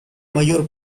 mayor